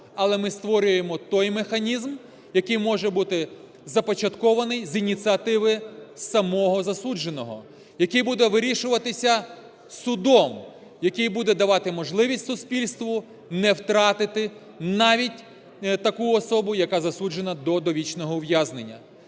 Але ми створюємо той механізм, який може бути започаткований з ініціативи самого засудженого. Який буде вирішуватись судом, який буде давати можливість суспільству не втратити навіть таку особу, яка засуджена до довічного ув'язнення.